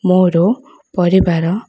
ମୋର ପରିବାର